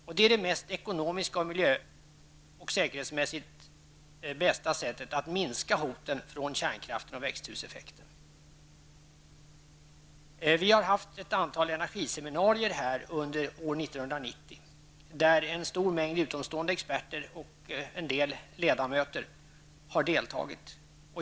Och det är det mest ekonomiska och det miljö och säkerhetsmässigt bästa sättet att minska hoten från kärnkraften och växthuseffekten. Vi har haft ett antal energiseminarier under år 1990, där en stor mängd utomstående experter och en del ledamöter har deltagit.